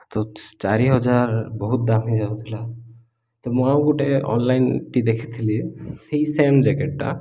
ତ ଚାରି ହଜାର ବହୁତ ଦାମ୍ ହୋଇଯାଉଥିଲା ତ ମୁଁ ଆଉ ଗୋଟେ ଅନ୍ଲାଇନ୍ଠି ଦେଖିଥିଲି ସେଇ ସେମ୍ ଜ୍ୟାକେଟ୍ଟା